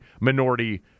minority